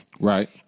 Right